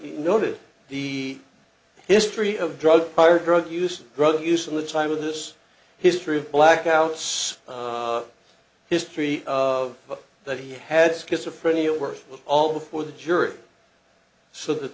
noted the history of drug prior drug use drug use in the time of this history of blackouts history of that he had schizophrenia were all before the jury so that